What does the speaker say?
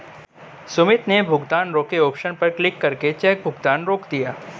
सुमित ने भुगतान रोके ऑप्शन पर क्लिक करके चेक भुगतान रोक दिया